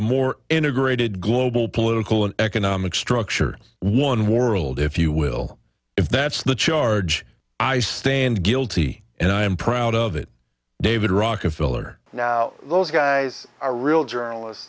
a more integrated global political and economic structure one world if you will if that's the charge i stand guild proud of it david rockefeller now those guys are real journalists